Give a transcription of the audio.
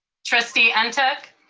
trustee ah ntuk.